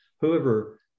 whoever